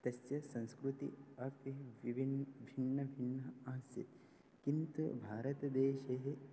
तस्य संस्कृतिः अपि विभिन्नः भिन्नभिन्नः आसीत् किन्तु भारतदेशेः